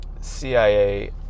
CIA